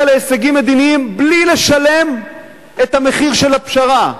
להישגים מדיניים בלי לשלם את המחיר של הפשרה.